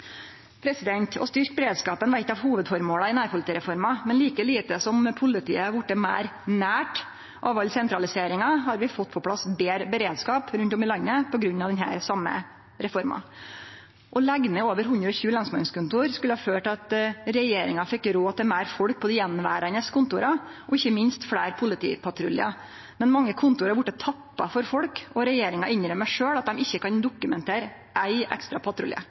Å styrkje beredskapen var eit av hovudføremåla i nærpolitireforma, men like lite som at politiet har vorte meir «nært» av all sentraliseringa, har vi fått på plass betre beredskap rundt om i landet på grunn av denne reforma. Å leggje ned over 120 lensmannskontor skulle føre til at regjeringa fekk råd til meir folk på dei attverande kontora – og ikkje minst fleire politipatruljar. Men mange kontor har vorte tappa for folk, og regjeringa innrømmer sjølv at dei ikkje kan dokumentere éin ekstra patrulje